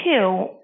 two